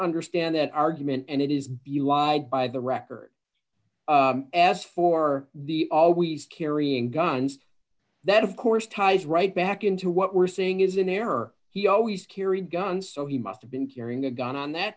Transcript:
understand that argument and it is by the record as for the always carrying guns that of course ties right back into what we're seeing is in error he always carried guns so he must have been carrying a gun on that